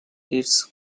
its